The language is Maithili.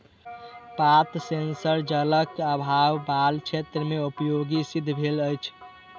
पात सेंसर जलक आभाव बला क्षेत्र मे उपयोगी सिद्ध भेल अछि